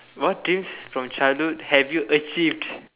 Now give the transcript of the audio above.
what dreams from childhood have you achieved